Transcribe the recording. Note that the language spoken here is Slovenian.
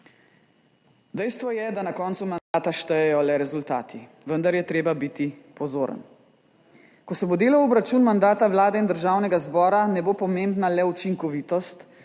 Dejstvo je, da na koncu mandata štejejo le rezultati, vendar je treba biti pozoren. Ko se bo delal obračun mandata vlade in državnega zbora, ne bo pomembna le učinkovitost,